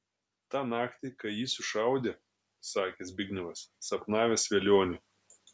tą naktį kai jį sušaudė sakė zbignevas sapnavęs velionį